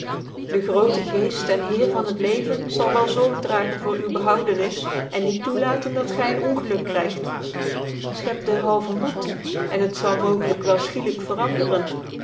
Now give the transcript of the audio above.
dc groote geeft cn heer van het leven zal wel zorg dragen voor uwe behoudenis cn niet toelaten dat gy een ongeluk krygt fchept dcrhalvcn moed en het zal mogclyk wel fchklyk veranderen